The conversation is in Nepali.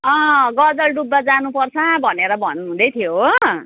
अँ गजलडुब्बा जानुपर्छ भनेर भन्नुहुँदै थियो हो